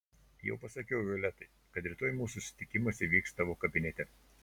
jau pasakiau violetai kad rytoj mūsų susitikimas įvyks tavo kabinete